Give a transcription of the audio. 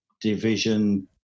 Division